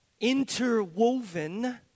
interwoven